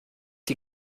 die